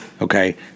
Okay